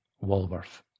Walworth